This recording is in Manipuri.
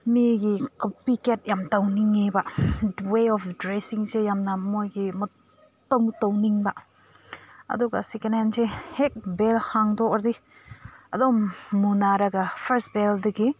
ꯃꯤꯒꯤ ꯀꯣꯄꯤꯀꯦꯠ ꯌꯥꯝ ꯇꯧꯅꯤꯡꯉꯦꯕ ꯗ ꯋꯦ ꯑꯣꯐ ꯗ꯭ꯔꯦꯁꯤꯡꯁꯦ ꯌꯥꯝꯅ ꯃꯣꯏꯒꯤ ꯃꯇꯧ ꯇꯧꯅꯤꯡꯕ ꯑꯗꯨꯒ ꯁꯦꯀꯦꯟꯍꯦꯟꯁꯦ ꯍꯦꯛ ꯕꯦꯜ ꯍꯥꯡꯗꯣꯛꯑꯗꯤ ꯑꯗꯨꯝ ꯃꯨꯟꯅꯔꯒ ꯐꯥꯔꯁ ꯕꯦꯜꯗꯒꯤ